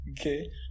Okay